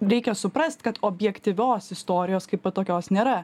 reikia suprast kad objektyvios istorijos kaipo tokios nėra